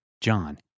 John